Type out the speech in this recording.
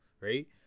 right